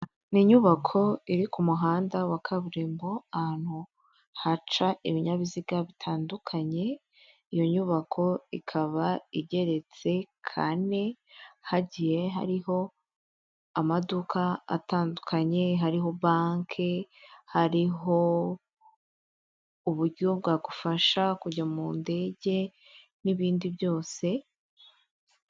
Ni inyubako iri ku muhanda wa kaburimbo, ahantu haca ibinyabiziga bitandukanye. Iyo nyubako ikaba igeretse kane, hagiye hariho amaduka atandukanye hariho: banki, hariho uburyo bwagufasha kujya mu ndege n'ibindi byose.